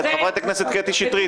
את חברת הכנסת קטי שטרית,